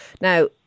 now